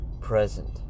present